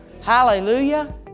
Hallelujah